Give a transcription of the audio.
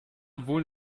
wohl